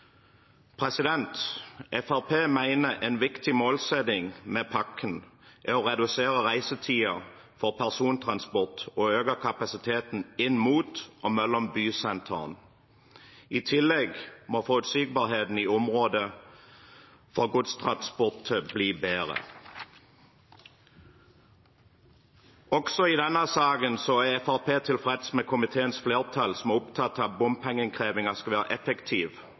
en viktig målsetting med pakken er å redusere reisetiden for persontransport og øke kapasiteten inn mot og mellom bysentraene. I tillegg må forutsigbarheten for godstransporten i området bli bedre. Også i denne saken er Fremskrittspartiet tilfreds med at komiteens flertall er opptatt av at bompengeinnkrevingen skal være effektiv,